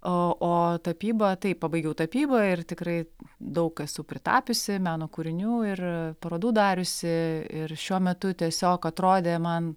o o tapyba taip pabaigiau tapybą ir tikrai daug esu pritapiusi meno kūrinių ir parodų dariusi ir šiuo metu tiesiog atrodė man